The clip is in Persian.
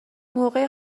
موقع